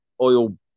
oil